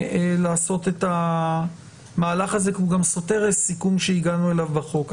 לעשות את המהלך הזה כי הוא גם סותר סיכום אליו הגענו בחוק.